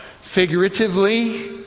figuratively